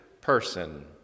person